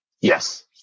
yes